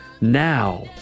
Now